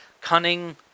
cunning